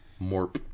Morp